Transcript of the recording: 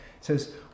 says